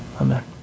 amen